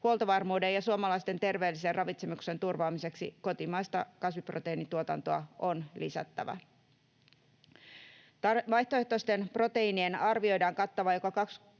Huoltovarmuuden ja suomalaisten terveellisen ravitsemuksen turvaamiseksi kotimaista kasviproteiinituotantoa on lisättävä. Vaihtoehtoisten proteiinien arvioidaan kattavan jopa 22